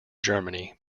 germany